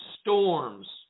storms